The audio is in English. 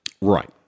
Right